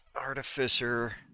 artificer